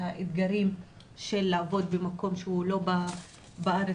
האתגרים של עבודה במקום שהוא לא בארצם.